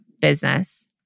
business